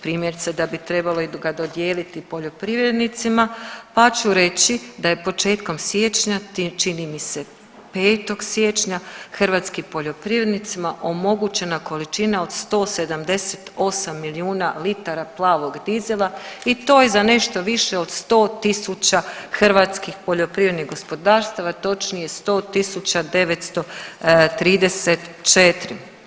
Primjerice da bi trebalo i ga dodijeliti poljoprivrednicima, pa ću reći da je početkom siječnja, čini mi se 5. siječnja hrvatskim poljoprivrednicima omogućena količina od 187 milijuna litara plavog dizela i to je za nešto više od 100.000 hrvatskih poljoprivrednih gospodarstava, točnije 100.934.